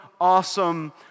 awesome